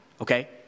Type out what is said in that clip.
okay